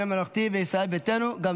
הממלכתי וישראל ביתנו להביע אי-אמון בממשלה.